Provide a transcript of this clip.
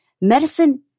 Medicine